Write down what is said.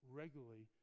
regularly